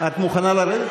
את מוכנה לרדת?